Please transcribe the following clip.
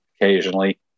occasionally